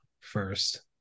first